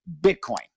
Bitcoin